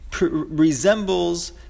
resembles